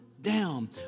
down